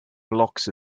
blocks